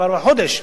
כבר חודש,